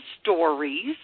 stories